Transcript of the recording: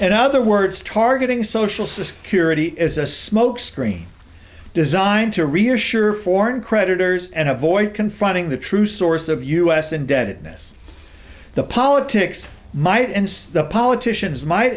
in other words targeting social security is a smokescreen designed to reassure foreign creditors and avoid confronting the true source of u s and deadness the politics might and the politicians m